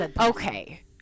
okay